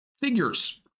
figures